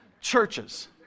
churches